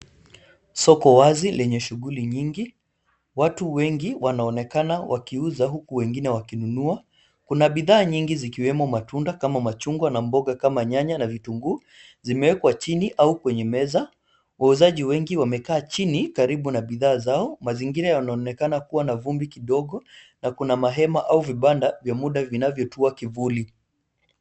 Soko wazi lenye shughuli nyingi. Watu wengi wanaonekana wakiuza huku wengine wakinunua. Kuna bidhaa nyingi zikiwemo matunda kama machungwa na mboga kama nyanya na vitunguu zimewekwa chini au kwenye meza. Wauzaji wengi wamekaa chini karibu na bidhaa zao. Mazingira yanaonekana kuwa na vumbi kidogo na kuna mahema au vibanda vya muda vinavyotua kivuli.